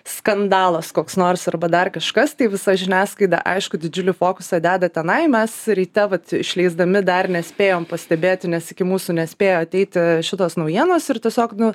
skandalas koks nors arba dar kažkas tai visa žiniasklaida aišku didžiulį fokusą deda tenai mes ryte vat išleisdami dar nespėjom pastebėti nes iki mūsų nespėjo ateiti šitos naujienos ir tiesiog nu